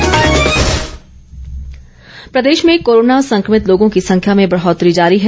corona update प्रदेश में corona संक्रमित लोगों की संख्या में बढ़ौतरी जारी है